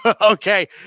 Okay